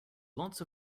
lots